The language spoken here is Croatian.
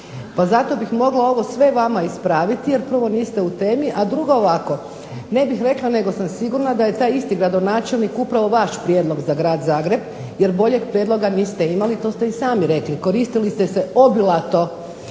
pa zato bih ovo sve mogla vama ispraviti jer prvo niste u temi, a drugo ovako. Ne bih rekla, nego sam sigurna da je taj isti gradonačelnik upravo vaš prijedlog za grad Zagreb, jer boljeg prijedloga niste imali, to ste i sami rekli. Koristili ste se obilato